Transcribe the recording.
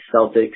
Celtics